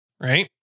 Right